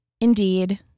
Indeed